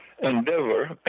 endeavor